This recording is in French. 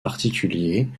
particuliers